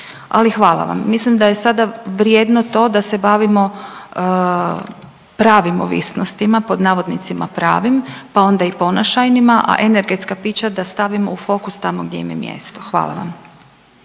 Ali hvala vam. Mislim da je sada vrijedno to da se bavimo pravim ovisnostima, pod navodnicima pravim pa onda i ponašajnima, a energetska pića da stavimo u fokus tamo gdje im je mjesto. Hvala vam.